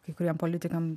kai kuriem politikam